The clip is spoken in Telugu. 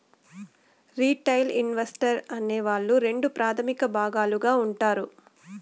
రిటైల్ ఇన్వెస్టర్ అనే వాళ్ళు రెండు ప్రాథమిక భాగాలుగా ఉంటారు